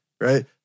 right